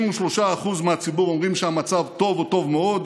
53% מהציבור אומרים שהמצב טוב או טוב מאוד,